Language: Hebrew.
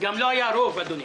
אני לא יודע אותה בעל-פה.